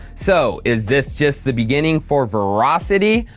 so is this just the beginning for verasity?